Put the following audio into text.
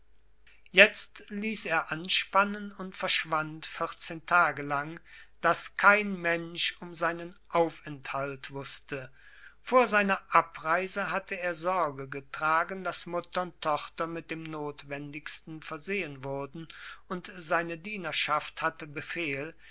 jetzt ließ er anspannen und verschwand vierzehn tage lang daß kein mensch um seinen aufenthalt wußte vor seiner abreise hatte er sorge getragen daß mutter und tochter mit dem notwendigsten versehen wurden und seine dienerschaft hatte befehl